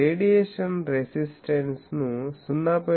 radiation resistance ను 0